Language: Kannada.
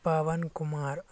ಪವನ್ ಕುಮಾರ್